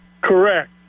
Correct